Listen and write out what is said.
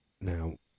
Now